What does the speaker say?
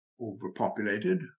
overpopulated